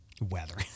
weather